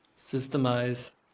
Systemize